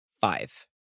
five